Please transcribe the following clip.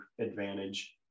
advantage